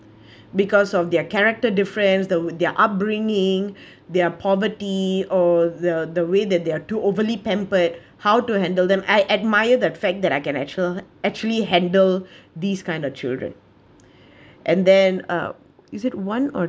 because of their character the friends though their upbringing their poverty or the the way that they are too overly pampered how to handle them I admire that fact that I can actual~ actually handle these kind of children and then uh is it one or